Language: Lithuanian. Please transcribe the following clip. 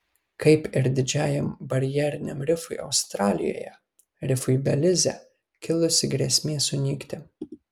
kaip ir didžiajam barjeriniam rifui australijoje rifui belize kilusi grėsmė sunykti